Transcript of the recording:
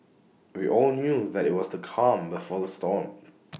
we all knew that IT was the calm before the storm